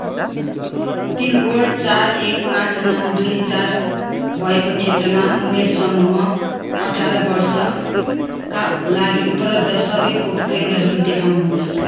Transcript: pin code चार एक पाँच नौ दुई चार भएको क्षेत्रमा उमेर समूह अठार वर्षका लागि उपलब्ध सबै खोप केन्द्रहरू देखाउनुहोस्